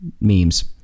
memes